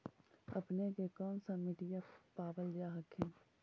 अपने के कौन सा मिट्टीया पाबल जा हखिन?